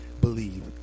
believe